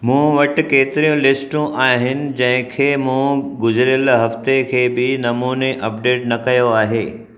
मूं वटि केतिरियूं लिस्टूं आहिनि जंहिंखे मूं गुज़िरियलु हफ़्ते खे बि नमूने अपडेट न कयो आहे